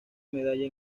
medalla